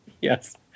yes